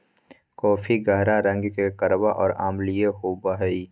coffee गहरा रंग के कड़वा और अम्लीय होबो हइ